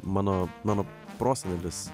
mano mano prosenelis